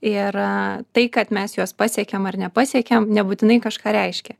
ir tai kad mes juos pasiekiam ar nepasiekiam nebūtinai kažką reiškia